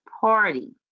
party